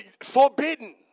forbidden